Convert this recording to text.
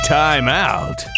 timeout